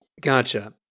Gotcha